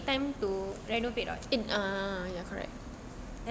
then it take time to renovate [what]